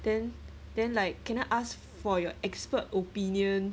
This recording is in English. then then like can I ask for your expert opinion